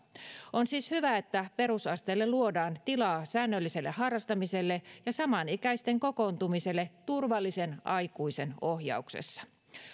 on siis hyvä että perusasteelle luodaan tilaa säännölliselle harrastamiselle ja samanikäisten kokoontumiselle turvallisen aikuisen ohjauksessa